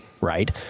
Right